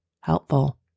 helpful